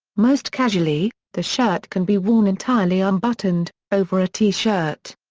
most casually, the shirt can be worn entirely unbuttoned, over a t-shirt.